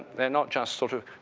they're not just, sort of,